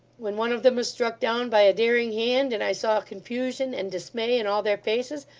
when one of them was struck down by a daring hand, and i saw confusion and dismay in all their faces,